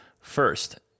First